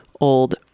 old